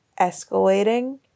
escalating